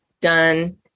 done